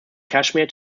cashmere